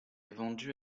vendu